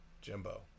Jimbo